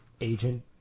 agent